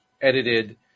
edited